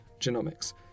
genomics